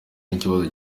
n’ikibazo